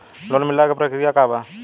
Loan मिलेला के प्रक्रिया का बा?